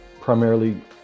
primarily